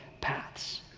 paths